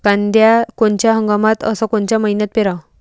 कांद्या कोनच्या हंगामात अस कोनच्या मईन्यात पेरावं?